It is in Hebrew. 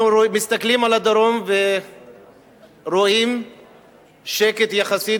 אנחנו מסתכלים על הדרום ורואים שקט יחסי,